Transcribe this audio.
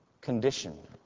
condition